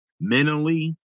mentally